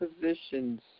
positions